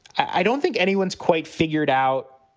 i don't think anyone's quite figured out.